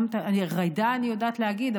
ג'ידא אני יודעת להגיד,